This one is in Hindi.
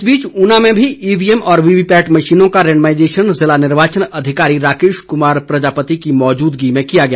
इस बीच ऊना में भी ईवीएम और वीवीपैट मशीनों का रेंडमाईजेशन जिला निर्वाचन अधिकारी राकेश कुमार प्रजापति की मौजूदगी में किया गया